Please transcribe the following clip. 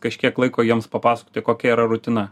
kažkiek laiko jiems papasakoti kokia yra rutina